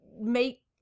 make